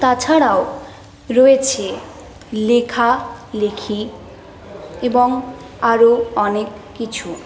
তাছাড়াও রয়েছে লেখালেখি এবং আরও অনেক কিছু